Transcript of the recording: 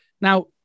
Now